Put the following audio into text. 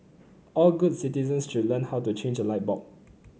all good citizens should learn how to change a light bulb